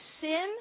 sin